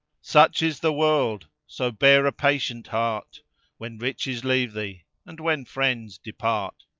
such is the world, so bear a patient heart when riches leave thee and when friends depart!